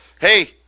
hey